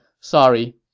Sorry